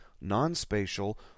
non-spatial